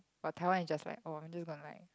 but Taiwan is just like oh I'm just don't like